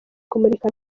kumurika